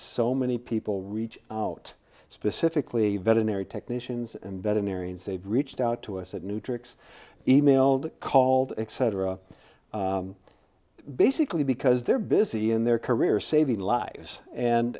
so many people reach out specifically veterinary technicians and veterinarians they've reached out to us at new tricks emailed called excedrin basically because they're busy in their career saving lives and